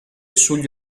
sugli